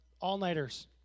all-nighters